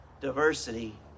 diversity